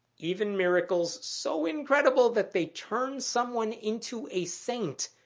even miracles so incredible that they turn someone into a saint.